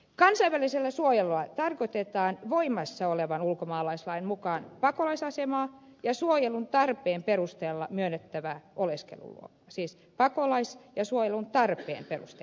kansainvälisellä suojelulla tarkoitetaan voimassa olevan ulkomaalaislain mukaan pakolaisasemaa ja suojelun tarpeen perusteella myönnettävää oleskelulupaa siis pakolaisuutta ja suojelun tarpeen perusteella voimassa olevaa lupaa